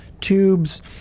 Tubes